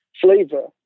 flavor